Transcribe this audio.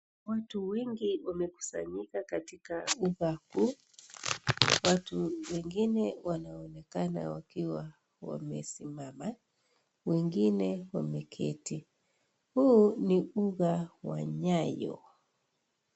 Watu wengi wamekusanyika katika uga huu watu wengine wanaonekana wakiwa wamesimama wengine wameketi. Huu ni uga wa Nyayo.